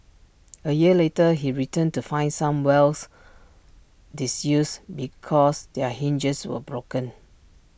A year later he returned to find some wells disused because their hinges were broken